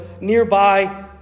nearby